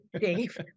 Dave